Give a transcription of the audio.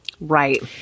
Right